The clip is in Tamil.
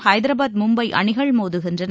ஹைதராபாத் மும்பைஅணிகள் மோதுகின்றன